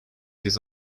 his